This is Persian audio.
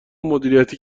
مدیریتی